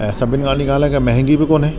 ऐं सभिनि खां वॾी ॻाल्हि आहे कि महांगी बि कोन्हे